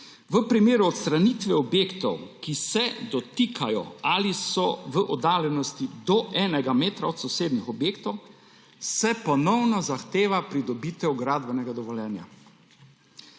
V primeru odstranitve objektov, ki se dotikajo ali so v oddaljenosti do enega metra od zasebnih objektov, se ponovno zahteva pridobitev gradbenega dovoljenja.